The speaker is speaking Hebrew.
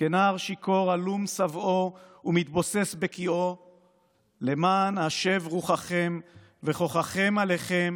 כנער שיכור הלום סובאו ומתבוסס בקיאו,/ למען השב רוחכם וכוחכם אליכם